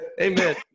amen